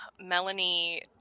Melanie